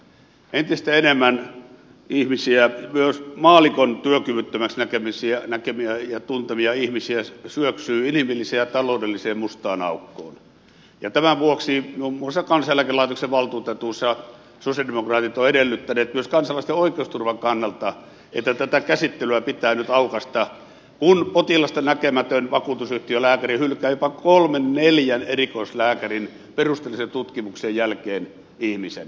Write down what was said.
entistä enemmän myös maallikon työkyvyttömäksi näkemiä ja tuntemia ihmisiä syöksyy inhimilliseen ja taloudelliseen mustaan aukkoon ja tämän vuoksi muun muassa kansaneläkelaitoksen valtuutetuissa sosialidemokraatit ovat edellyttäneet myös kansalaisten oikeusturvan kannalta että tätä käsittelyä pitää nyt aukaista kun potilasta näkemätön vakuutusyhtiölääkäri hylkää jopa kolmen neljän erikoislääkärin perusteellisen tutkimuksen jälkeen ihmisen